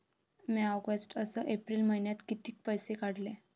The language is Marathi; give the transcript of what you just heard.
म्या ऑगस्ट अस एप्रिल मइन्यात कितीक पैसे काढले?